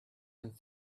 and